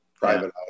private